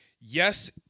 Yes